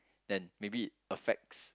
then maybe it affects